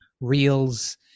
reels